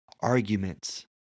arguments